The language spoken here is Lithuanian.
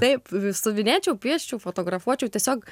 taip siuvinėčiau pieščiau fotografuočiau tiesiog